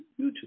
YouTube